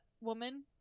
woman